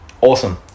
Awesome